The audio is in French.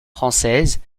française